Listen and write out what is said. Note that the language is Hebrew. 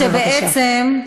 אני רוצה לומר שבעצם,